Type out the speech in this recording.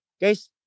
guys